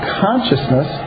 consciousness